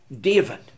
David